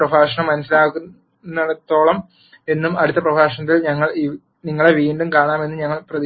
ഈ പ്രഭാഷണം മനസ്സിലാക്കാവുന്നതേയുള്ളൂവെന്നും അടുത്ത പ്രഭാഷണത്തിൽ ഞങ്ങൾ നിങ്ങളെ വീണ്ടും കാണുമെന്നും ഞാൻ പ്രതീക്ഷിക്കുന്നു